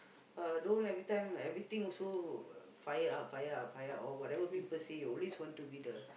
uh don't every time everything also fire up fire up fire up or whatever people say you always want to be the